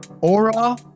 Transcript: Aura